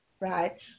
right